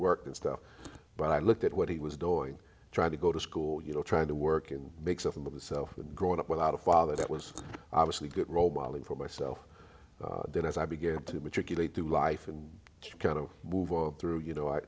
work and stuff but i looked at what he was doing trying to go to school you know trying to work and makes a film of itself and growing up without a father that was obviously good role modeling for myself then as i began to matriculate through life and kind of move on through you know i